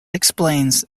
explains